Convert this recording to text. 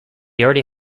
already